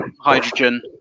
hydrogen